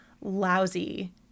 lousy